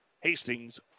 Hastings